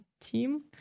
team